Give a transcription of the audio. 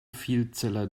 vielzeller